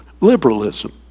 Liberalism